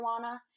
marijuana